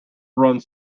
runs